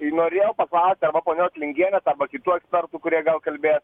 norėjau paklausti arba ponios lingienės arba kitų ekspertų kurie gal kalbės